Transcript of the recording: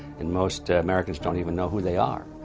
and most americans don't even know who they are.